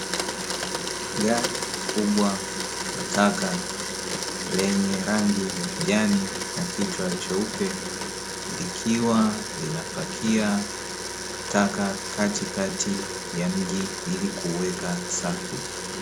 Gari kubwa la taka lenye rangi ya kijani na kichwa cheupe likiwa linapakia taka katikati ya mji ili kuuweka safi.